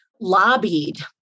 lobbied